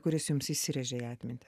kuris jums įsirėžė į atmintį